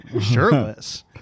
shirtless